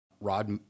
Rod